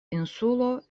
insulo